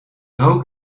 rook